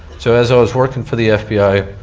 so as i was working for the fbi,